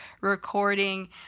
recording